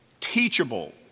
teachable